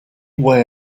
way